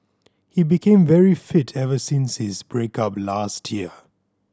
he became very fit ever since his break up last year